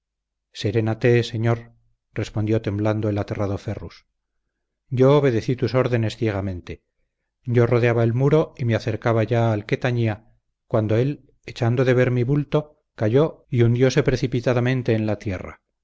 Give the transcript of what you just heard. acabado serénate señor respondió temblando el aterrado ferrus yo obedecí tus órdenes ciegamente yo rodeaba el muro y me acercaba ya al que tañía cuando él echando de ver mi bulto calló y hundióse precipitadamente en la tierra